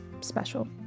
special